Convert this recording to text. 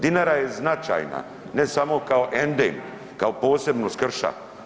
Dinara je značajna ne samo kao endem, kao posebnost krša.